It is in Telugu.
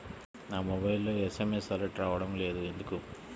నా మొబైల్కు ఎస్.ఎం.ఎస్ అలర్ట్స్ రావడం లేదు ఎందుకు?